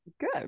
good